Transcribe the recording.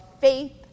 faith